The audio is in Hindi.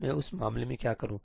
मैं उस मामले में क्या करूँ